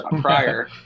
prior